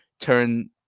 turn